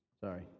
sorry